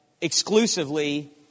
exclusively